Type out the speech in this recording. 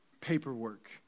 paperwork